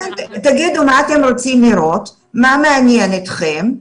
תגידו מה אתם רוצים לראות, מה מעניין אתכם,